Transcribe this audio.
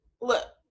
look